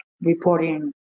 reporting